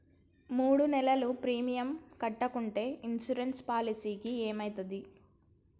మూడు నెలలు ప్రీమియం కట్టకుంటే ఇన్సూరెన్స్ పాలసీకి ఏమైతది?